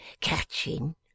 catching